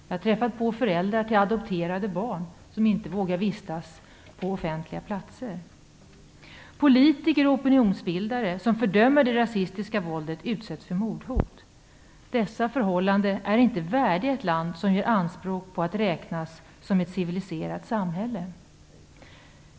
Jag har träffat på föräldrar till adopterade barn som inte vågar vistas på offentliga platser. Politiker och opinionsbildare som fördömer det rasistiska våldet utsätts för mordhot. Dessa förhållanden är inte värdiga ett land som gör anspråk på att vara ett civiliserat samhälle.